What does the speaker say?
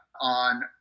on